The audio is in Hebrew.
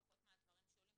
לפחות מהדברים שעולים כעת.